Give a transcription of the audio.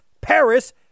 Paris